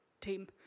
team